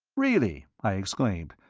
really? i exclaimed.